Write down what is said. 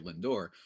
Lindor